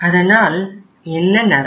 அதனால் என்ன நடக்கும்